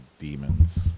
Demons